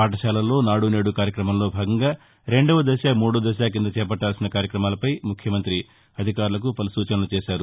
పాఠశాలల్లో నాడు నేడు కార్యక్రమంలో భాగంగా రెండోదశ మూడోదశ కింద చేపట్టాల్సిన కార్యక్రమాలపై ముఖ్యమంతి అధికారులకు పలు సూచనలు చేశారు